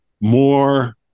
more